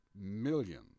millions